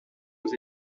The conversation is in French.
aux